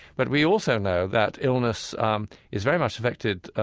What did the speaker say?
but we also know that illness um is very much affected,